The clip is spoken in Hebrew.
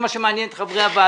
זה מה שמעניין את חברי הוועדה.